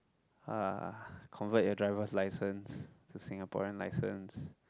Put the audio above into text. ah convert your driver's licence to Singaporean licence